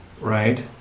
right